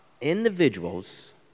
individuals